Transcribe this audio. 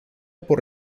por